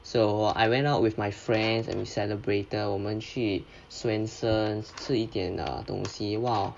so I went out with my friends and we celebrated 我们去 Swensen's 吃一点 err 东西 !wow!